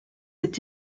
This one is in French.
est